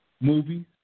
movies